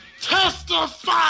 Testify